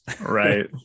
Right